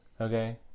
Okay